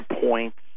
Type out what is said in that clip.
points